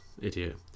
Idiot